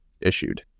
issued